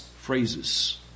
phrases